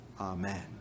Amen